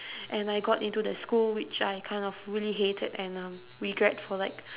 and I got into the school which I kind of really hated and um regret for like